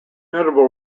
notable